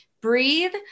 Breathe